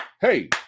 hey